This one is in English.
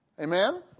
Amen